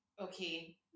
okay